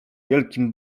wielkim